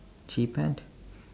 cheephant